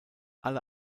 alle